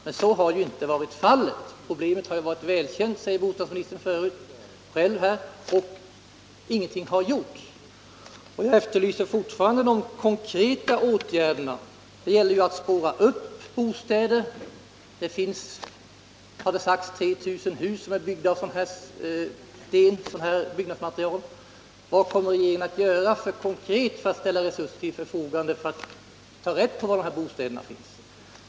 Men så har inte varit fallet. Problemet har varit välkänt, säger bostadsministern själv. Och ingenting har gjorts. Jag efterlyser fortfarande konkreta åtgärder. Det gäller ju att spåra upp bostäder. Det finns, har det sagts, 3 000 hus som är byggda av sådant här byggnadsmaterial. Vad kommer regeringen att göra konkret för att ställa resurser till förfogande för att ta reda på var dessa bostäder finns?